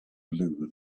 blew